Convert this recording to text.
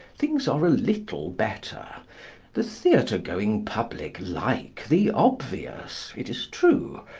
things are a little better the theatre-going public like the obvious, it is true,